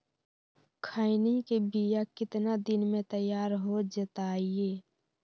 खैनी के बिया कितना दिन मे तैयार हो जताइए?